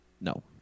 No